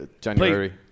January